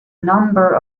number